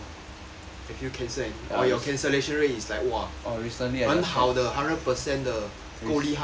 have you cancelled any or your cancellation rate is like !wah! 很好的 hundred percent 的够厉害的